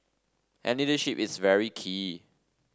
and leadership is very key